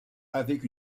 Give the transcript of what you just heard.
avec